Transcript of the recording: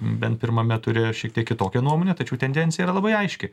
bent pirmame ture šiek tiek kitokią nuomonę tačiau tendencija yra labai aiški